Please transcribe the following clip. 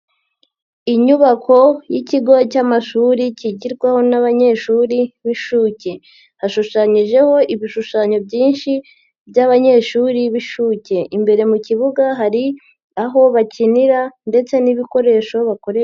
Inyubako y'ikigo cy'amashuri kigirwaho n'abanyeshuri b'inshuke hashushanyijeho ibishushanyo byinshi by'abanyeshuri b'inshuke, imbere mu kibuga hari aho bakinira ndetse n'ibikoresho bakoresha.